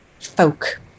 folk